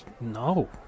No